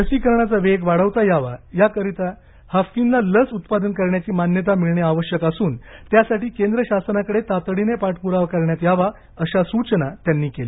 लसीकरणाचा वेग वाढवता यावा याकरिता हाफकिनला लस उत्पादन करण्याची मान्यता मिळणे आवश्यक असून त्यासाठी केंद्र शासनाकडे तातडीने पाठपुरावा करण्यात यावा अशा सूचना त्यांनी केल्या